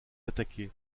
attaqué